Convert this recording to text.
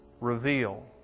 reveal